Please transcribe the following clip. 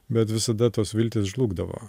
bet visada tos viltys žlugdavo